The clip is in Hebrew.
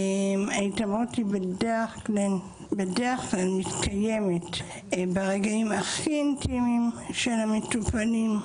ההתעמרות בדרך כלל מתקיימת ברגעים הכי אינטימיים של המטופלים,